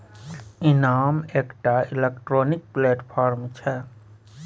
इनाम एकटा electronic platform छै